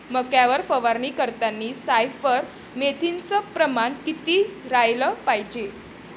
मक्यावर फवारनी करतांनी सायफर मेथ्रीनचं प्रमान किती रायलं पायजे?